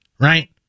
right